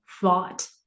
thought